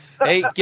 Hey